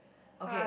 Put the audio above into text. okay